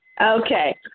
Okay